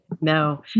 No